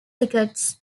thickets